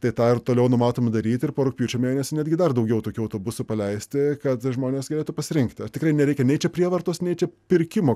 tai tą ir toliau numatome daryti ir po rugpjūčio mėnesio netgi dar daugiau tokių autobusų paleisti kad žmonės galėtų pasirinkti ir tikrai nereikia nei čia prievartos nei čia pirkimo